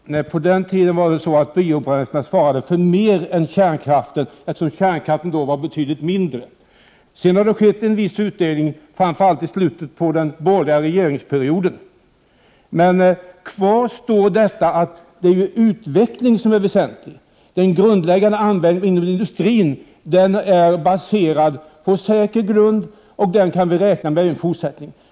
Herr talman! På den tiden var det så att biobränslena svarade för mer av vår energiförsörjning än vad kärnkraften gjorde, eftersom kärnkraften då var av betydligt mindre omfattning. Sedan skedde en viss utveckling framför allt i slutet av den borgerliga regeringsperioden. Kvar står att det är utveckling som är det väsentliga. Den grundläggande användningen inom industrin vilar på säker grund, och den kan vi räkna med även i fortsättningen.